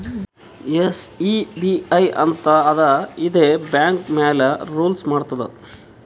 SEBI ಅಂತ್ ಅದಾ ಇದೇ ಬ್ಯಾಂಕ್ ಮ್ಯಾಲ ರೂಲ್ಸ್ ಮಾಡ್ತುದ್